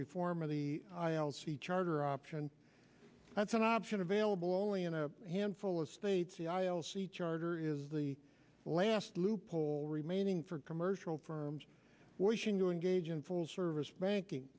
reform of the i'll see charter option that's an option available only in a handful of states the i o c charter is the last loophole remaining for commercial for washing to engage in full service banking